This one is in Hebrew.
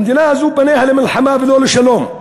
המדינה הזאת פניה למלחמה ולא לשלום,